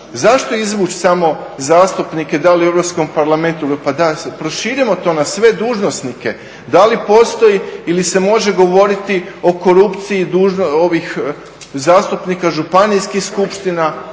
Zašto izvući samo zastupnike da li u Europskom parlamentu, pa proširimo to na sve dužnosnike. Da li postoji ili se može govoriti o korupciji ovih zastupnika županijskih skupština,